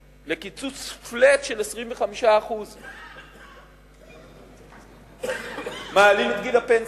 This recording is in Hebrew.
לקיצוץ flat של 25%. מעלים את גיל הפנסיה.